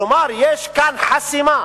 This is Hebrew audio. כלומר, יש כאן חסימה